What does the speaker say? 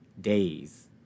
days